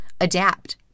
adapt